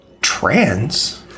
Trans